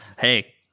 Hey